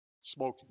smoking